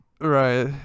Right